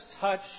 touch